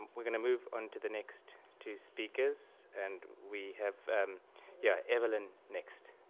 um we're going to move on to the next two speakers, and we have yeah, evalien next?